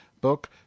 book